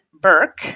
Burke